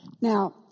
Now